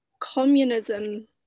Communism